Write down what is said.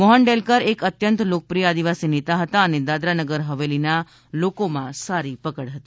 મોહન ડેલકર એક અત્યંત લોકપ્રિય આદિવાસી નેતા હતા અને દાદરા નગર હવેલીના લોકોમાં સારી પકડ હતી